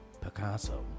Picasso